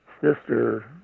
sister